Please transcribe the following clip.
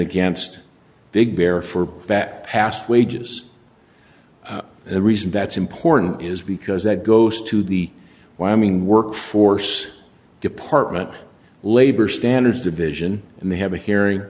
against big bear for back past wages and the reason that's important is because that goes to the wyoming workforce department labor standards division and they have a hearing